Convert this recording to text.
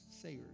sayers